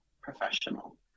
professional